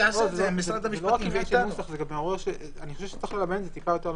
אז משרד המשפטים --- אני חושב שצריך ללבן את זה טיפה יותר לעומק.